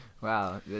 Wow